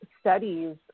studies